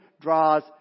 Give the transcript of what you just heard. draws